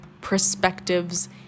perspectives